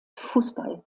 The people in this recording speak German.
fußball